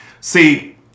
See